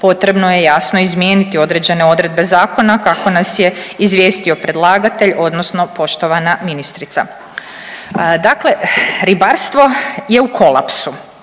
potrebno je jasno izmijeniti određene odredbe zakona kako nas je izvijestio predlagatelj, odnosno poštovana ministrica. Dakle, ribarstvo je u kolapsu.